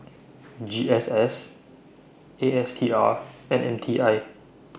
G S S A S T A R and M T I